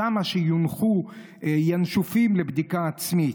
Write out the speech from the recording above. שיונחו שם ינשופים לבדיקה עצמית,